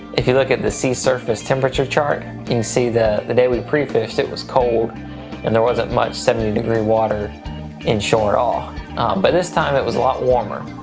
if you look at the sea surface temperature chart, you can see the the day we prefished it was cold and there wasn't much seventy degree water in shore at all but this time it was a lot warmer,